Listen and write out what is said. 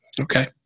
okay